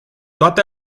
toate